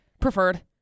Preferred